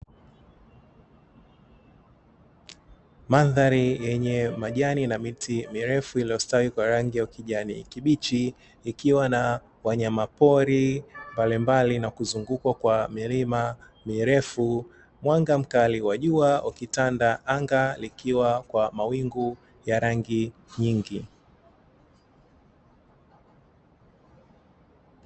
Mandhari yenye majani na miti mirefu iliyostawi kwa rangi ya ukijani kibichi, ikiwa na wanyama pori mbalimbali na kuzungukwa kwa milima mirefu, mwanga mkali wa jua ukitanda, anga likiwa kwa mawingu ya rangi nyingi.